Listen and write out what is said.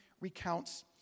recounts